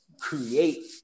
create